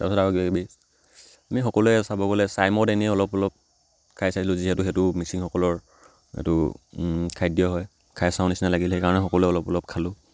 তাৰপিছত আৰু কিবা কিবি আমি সকলোৱে চাব গ'লে চাই মদ এনেই অলপ অলপ খাই চাইছিলোঁ যিহেতু সেইটো মিচিংসকলৰ সেইটো খাদ্য হয় খাই চাওঁ নিচিনা লাগিল সেইকাৰণে সকলোৱে অলপ অলপ খালোঁ